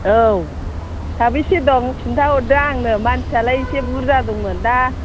औ साबेसे दं खिन्था हरदो आंनो मानसियालाय एसे बुरजा दंमोन दा